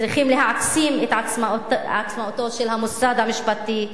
צריכים להעצים את עצמאותו של המוסד המשפטי.